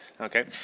Okay